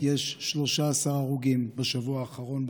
כי יש 13 הרוגים בשבוע האחרון בדרכים,